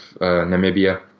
Namibia